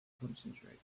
concentrate